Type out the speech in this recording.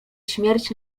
śmierć